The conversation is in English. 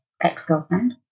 ex-girlfriend